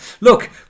look